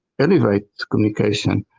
elevate communication.